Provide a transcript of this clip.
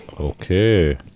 Okay